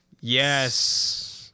Yes